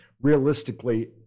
Realistically